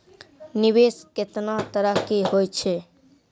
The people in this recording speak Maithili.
निवेश केतना तरह के होय छै?